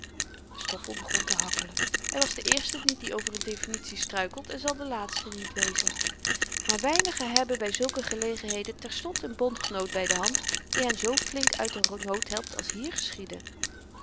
stoffel begon te hakkelen hy was de eerste niet die over n definitie struikelt en zal de laatste niet wezen maar weinigen hebben by zulke gelegenheden terstond n bondgenoot by de hand die hen zoo flink uit den nood helpt als hier geschiedde